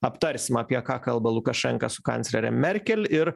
aptarsim apie ką kalba lukašenka su kanclere merkel ir